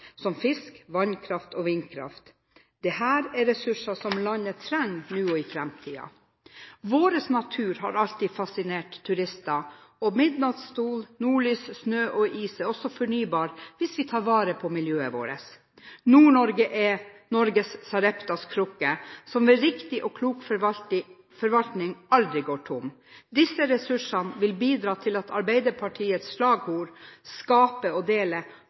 som fisk, vannkraft og vindkraft. Dette er ressurser som landet trenger nå og i framtiden. Vår natur har alltid fascinert turister, og midnattssol, nordlys, snø og is er også fornybart hvis vi tar vare på miljøet vårt. Nord-Norge er Norges sareptakrukke, som ved riktig og klok forvaltning aldri går tom. Disse ressursene vil bidra til at Arbeiderpartiets slagord «skape og